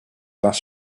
last